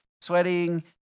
sweating